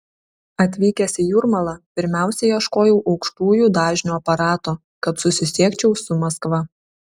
atvykęs į jūrmalą pirmiausia ieškojau aukštųjų dažnių aparato kad susisiekčiau su maskva